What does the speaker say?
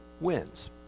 wins